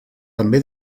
també